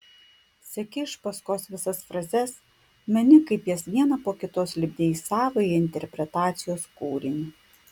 seki iš paskos visas frazes meni kaip jas vieną po kitos lipdei į savąjį interpretacijos kūrinį